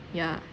yeah